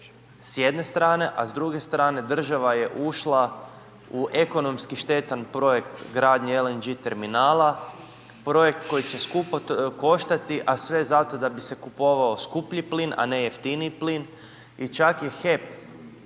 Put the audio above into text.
s jedne strane a s druge strane država je ušla u ekonomski štetan projekt gradnje LNG terminala, projekt koji će skupo koštati a sve zato da bi se kupovao skuplji plin a ne jeftiniji plin. I čak je HEP